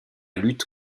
lutte